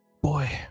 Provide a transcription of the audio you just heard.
Boy